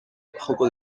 joko